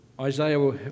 Isaiah